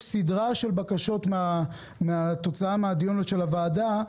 יש סדרה של בקשות כתוצאה מדיוני הוועדה,